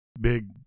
big